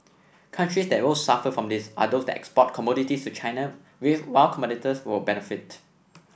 countries that will suffer from this are those that export commodities to China while competitors will benefit